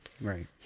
right